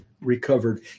recovered